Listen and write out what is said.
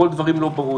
בכל הדברים הלא ברורים,